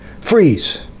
Freeze